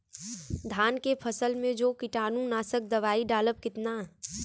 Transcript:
धान के फसल मे जो कीटानु नाशक दवाई डालब कितना?